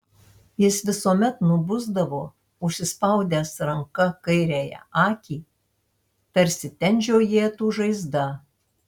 jis visuomet nubusdavo užsispaudęs ranka kairiąją akį tarsi ten žiojėtų žaizda